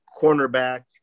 cornerback